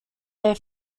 their